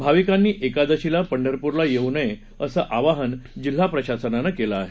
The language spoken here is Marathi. भाविकांनी एकादशीला पंढरपूरला येऊ नये असं आवाहन जिल्हा प्रशासनानं केलं आहे